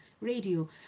radio